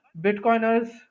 Bitcoiners